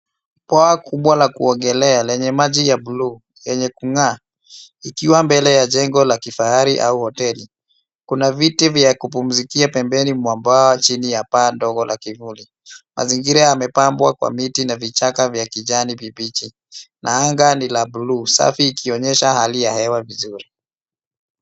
Kwa kuogelea lenye maji ya buluu yanayong’aa, liko mbele ya jengo la kifahari au hoteli. Kuna viti vya kupumzikia pembeni, mwambao wake ukiwa na pandogo la kigori. Mandhari yamepambwa kwa miti na vichaka vya kijani kibichi, na anga ni la buluu safi, likionyesha hali nzuri ya hewa.